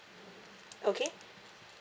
okay